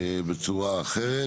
בצורה אחרת.